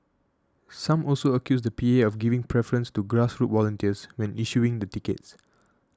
some also accused the P A of giving preference to grassroots volunteers when issuing the tickets